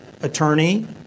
attorney